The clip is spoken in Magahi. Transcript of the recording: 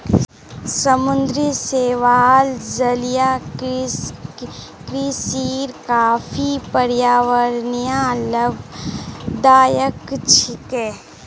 समुद्री शैवाल जलीय कृषिर काफी पर्यावरणीय लाभदायक छिके